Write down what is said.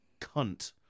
cunt